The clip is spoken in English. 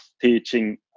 teaching